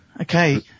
Okay